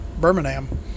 Birmingham